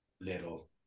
Little